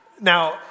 Now